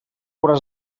hauràs